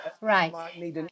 Right